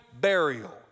burial